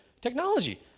technology